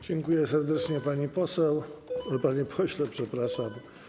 Dziękuję serdecznie, pani poseł... panie pośle, przepraszam.